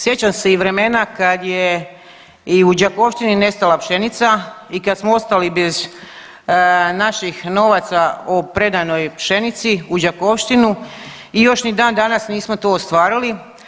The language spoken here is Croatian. Sjećam se i vremena kad je i u Đakovštini nestala pšenica i kad smo ostali bez naših novaca o predanoj pšenici u Đakovštinu i još ni dan danas nismo to ostvarili.